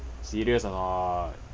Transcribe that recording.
serious or not